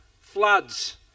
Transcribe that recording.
floods